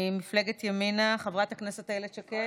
ממפלגת ימינה, חברת הכנסת איילת שקד,